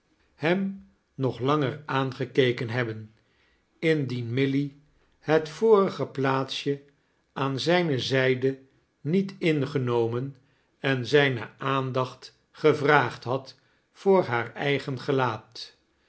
hem nog langer aangekeken hebben indien milly het vorige plaatsje aan zijae zijde niet ingenomen en zijne aamdacht gevraagd had voor haar eigen gelaat